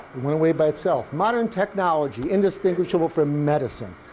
went away by itself. modern technology indistinguishable from medicine.